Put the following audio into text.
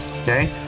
Okay